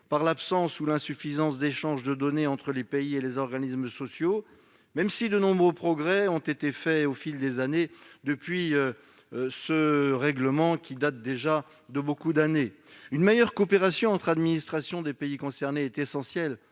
par l'absence ou l'insuffisance d'échanges de données entre les pays et les organismes sociaux, même si de nombreux progrès ont été réalisés au fil des années depuis ce règlement. Une meilleure coopération entre administrations des pays concernés est essentielle,